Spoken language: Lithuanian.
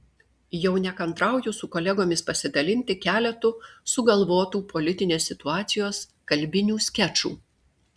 jau nekantrauju su kolegomis pasidalinti keletu sugalvotų politinės situacijos kalbinių skečų